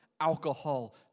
alcohol